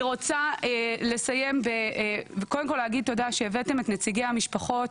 אני רוצה קודם כל להגיד תודה שהבאתם את נציגי המשפחות,